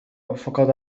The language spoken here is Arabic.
فقد